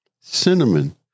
cinnamon